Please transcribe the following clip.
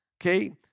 okay